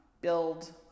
build